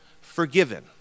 forgiven